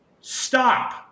Stop